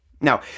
Now